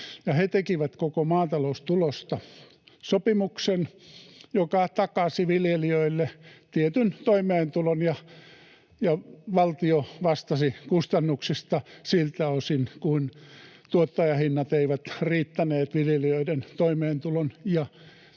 he tekivät koko maataloustulosta sopimuksen, joka takasi viljelijöille tietyn toimeentulon, ja valtio vastasi kustannuksista siltä osin kuin tuottajahinnat eivät riittäneet viljelijöiden toimeentulon